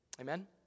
Amen